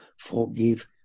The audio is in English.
forgive